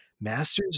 masters